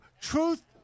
truth